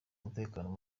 umutekano